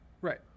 right